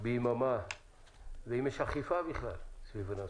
ביממה ואם יש אכיפה בכלל סביב הנושא.